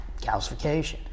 calcification